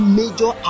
major